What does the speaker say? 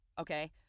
Okay